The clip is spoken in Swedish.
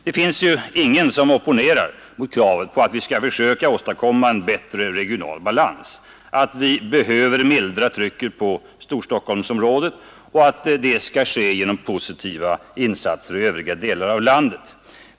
Det finns ju ingen som opponerar mot kravet på att vi skall försöka åstadkomma en bättre regional balans, mot att vi behöver mildra trycket på Storstockholmsområdet och att det skall ske genom positiva insatser i övriga delar av landet.